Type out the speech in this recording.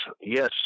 yes